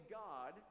god